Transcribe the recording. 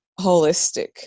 holistic